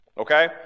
Okay